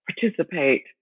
participate